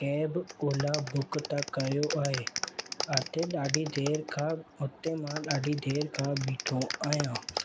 cab Ola त book कयो आहे उते ॾाढी देरि खां हुते मां ॾाढी देरि खां ॿीठो आहियां